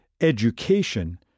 education